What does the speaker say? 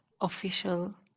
official